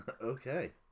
Okay